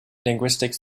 linguistic